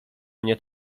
mnie